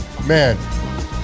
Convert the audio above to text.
Man